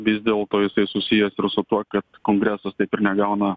vis dėlto jisai susijęs su tuo kad kongresas taip ir negauna